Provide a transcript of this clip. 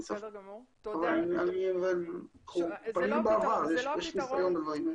אבל יש ניסיון עבר.